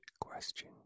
question